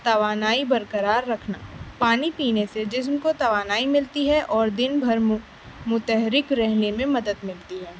توانائی برقرار رکھنا پانی پینے سے جسم کو توانائی ملتی ہے اور دن بھر متحرک رہنے میں مدد ملتی ہے